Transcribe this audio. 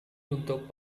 untuk